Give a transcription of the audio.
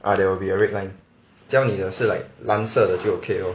are there will be a red line 只要你的是 like 蓝的就 okay lor